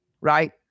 right